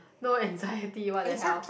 no anxiety what the hell